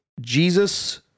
Jesus